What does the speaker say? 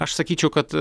aš sakyčiau kad